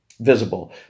visible